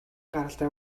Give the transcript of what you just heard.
гаралтай